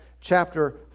chapter